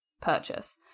purchase